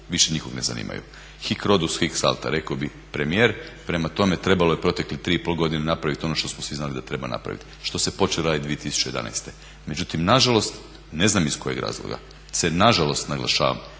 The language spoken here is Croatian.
više nikog ne zanimaju. Hik rodus hik salta, rekao bi premijer, prema tome trebalo je protekle 3,5 godine napravit ono što smo svi znali da treba napraviti, što se počelo radit 2011. Međutim nažalost, ne znam iz kojeg razloga se nažalost naglašava,